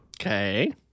Okay